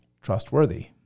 trustworthy